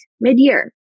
mid-year